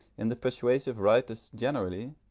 in the persuasive writers generally,